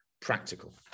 practical